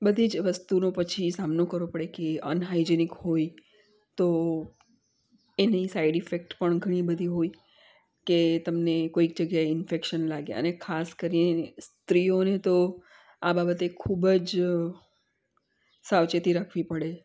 બધી જ વસ્તુનો પછી સામનો કરવો પડે કે અનહાઇજેનિક હોય તો એની સાઇડ ઈફેક્ટ પણ ઘણી બધી હોય કે તમને કોઈક જગ્યાએ ઇન્ફેક્શન લાગે અને ખાસ કરીને સ્ત્રીઓને તો આ બાબતે ખૂબ જ સાવચેતી રાખવી પડે